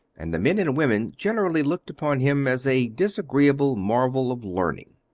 and the men and women generally looked upon him as a disagreeable marvel of learning.